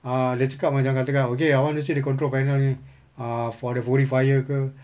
ah dia cakap macam katakan okay I want to see the control panel ni ah for the purifier ke